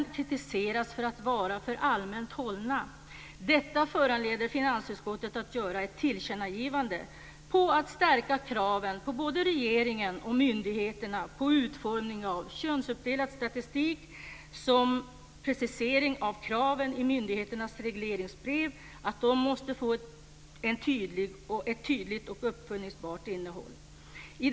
Återrapporteringskraven kritiseras för att vara för allmänt hållna. Detta föranleder finansutskottet att göra ett tillkännagivande om att stärka kraven på både regeringen och myndigheterna om att såväl utformningen av könsuppdelad statistik som preciseringen av kraven i myndigheternas regleringsbrev måste få ett tydligt och uppföljningsbart innehåll.